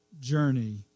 journey